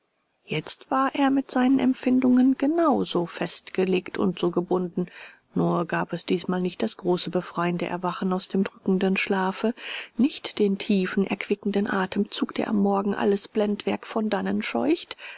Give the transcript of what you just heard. jetzt war er mit seinen empfindungen genau so festgelegt und so gebunden nur gab es diesmal nicht das große befreiende erwachen aus dem drückenden schlafe nicht den tiefen erquickenden atemzug der am morgen alles blendwerk von dannen scheucht